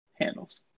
handles